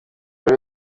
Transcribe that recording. buri